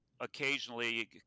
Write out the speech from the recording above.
occasionally